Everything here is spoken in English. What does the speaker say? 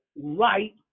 right